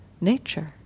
nature